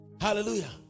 Hallelujah